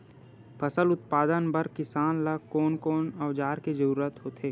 फसल उत्पादन बर किसान ला कोन कोन औजार के जरूरत होथे?